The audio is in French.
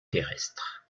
terrestre